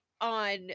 on